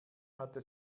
hatte